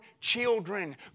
children